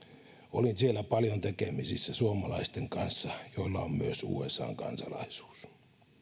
olin siellä paljon tekemisissä suomalaisten kanssa joilla on myös usan kansalaisuus